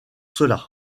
cela